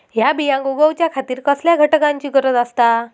हया बियांक उगौच्या खातिर कसल्या घटकांची गरज आसता?